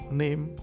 name